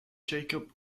jacob